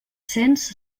cents